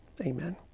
Amen